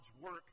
work